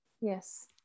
yes